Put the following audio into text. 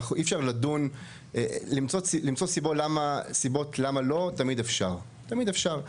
אפשר למצוא סיבות למה לא, תמיד אפשר.